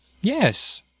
Yes